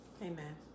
Amen